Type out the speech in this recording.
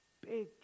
big